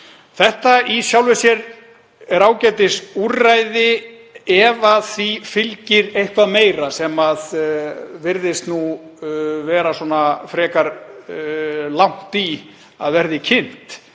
Þetta er í sjálfu sér ágætisúrræði ef því fylgir eitthvað meira, sem virðist nú vera frekar langt í að verði kynnt